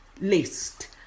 list